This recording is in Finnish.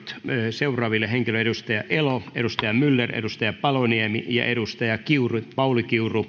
seuraaville henkilöille edustaja elo edustaja myller edustaja paloniemi ja edustaja pauli kiuru sen